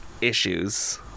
issues